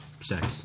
sex